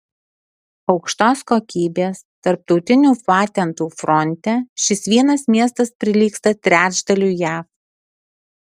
aukštos kokybės tarptautinių patentų fronte šis vienas miestas prilygsta trečdaliui jav